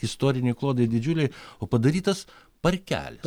istoriniai klodai didžiuliai o padarytas parkelis